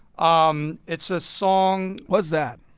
um it's a song. what's that?